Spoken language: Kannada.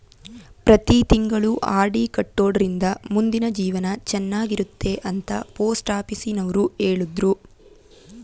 ಪ್ರತಿ ತಿಂಗಳು ಆರ್.ಡಿ ಕಟ್ಟೊಡ್ರಿಂದ ಮುಂದಿನ ಜೀವನ ಚನ್ನಾಗಿರುತ್ತೆ ಅಂತ ಪೋಸ್ಟಾಫೀಸುನವ್ರು ಹೇಳಿದ್ರು